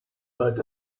but